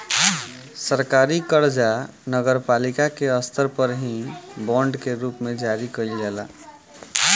सरकारी कर्जा नगरपालिका के स्तर पर भी बांड के रूप में जारी कईल जाला